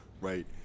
right